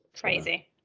Crazy